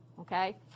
okay